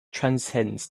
transcend